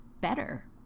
better